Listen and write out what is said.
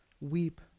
Weep